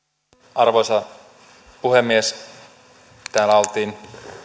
arvoisa puhemies täällä oltiin